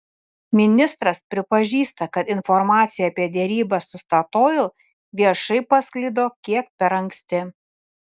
ministras pripažįsta kad informacija apie derybas su statoil viešai pasklido kiek per anksti